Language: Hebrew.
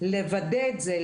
לוודא את זה,